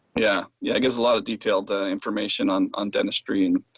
yeah yeah gives a lot of detailed information on on dentistry and